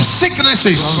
sicknesses